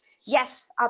yes